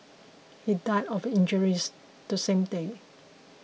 he died of his injuries the same day